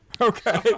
Okay